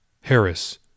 Harris